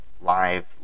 live